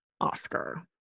Oscar